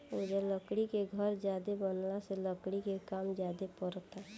ओजा लकड़ी के घर ज्यादे बनला से लकड़ी के काम ज्यादे परता